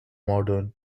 modern